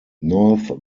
north